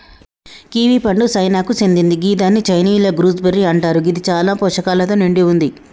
kiwi పండు చైనాకు సేందింది గిదాన్ని చైనీయుల గూస్బెర్రీ అంటరు గిది చాలా పోషకాలతో నిండి వుంది